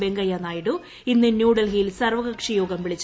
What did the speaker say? വെങ്കയ്യ നായിഡു ഇന്ന് ന്യൂഡൽഹിയിൽ സർവ്വകക്ഷി യോഗം വിളിച്ചു